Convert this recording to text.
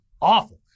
awful